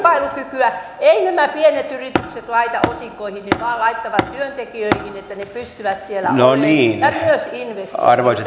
eivät nämä pienet yritykset laita osinkoihin ne vain laittavat työntekijöihin että ne pystyvät siellä olemaan ja myös investointeihin